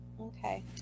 Okay